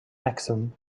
maxim